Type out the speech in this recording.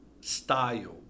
style